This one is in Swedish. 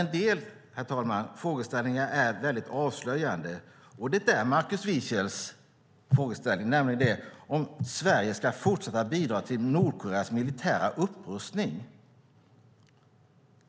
En del frågeställningar är väldigt avslöjande, och det är Markus Wiechels frågeställning, nämligen om Sverige ska fortsätta att bidra till Nordkoreas militära upprustning.